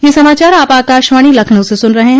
ब्रे क यह समाचार आप आकाशवाणी लखनऊ से सुन रहे हैं